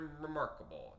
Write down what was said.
remarkable